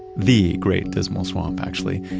the great dismal swamp, actually.